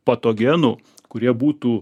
patogenų kurie būtų